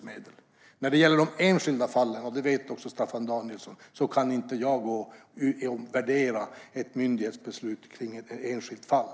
Men som Staffan Danielsson vet kan jag inte värdera ett myndighetsbeslut i ett enskilt fall.